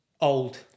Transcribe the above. Old